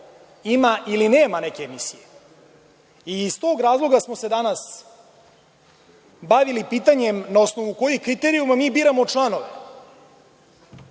ima ili nema neke emisije. Iz tog razloga smo se danas bavili pitanjem, na osnovu kojih kriterijuma mi biramo članove